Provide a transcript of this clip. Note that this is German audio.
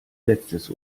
letztes